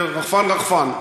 זה רחפן-רחפן.